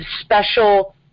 special